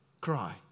cry